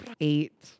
Eight